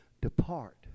depart